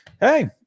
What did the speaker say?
Hey